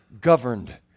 governed